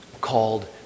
called